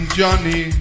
Johnny